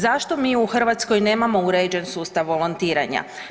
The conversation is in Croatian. Zašto mi u Hrvatskoj nemamo uređen sustav volontiranja?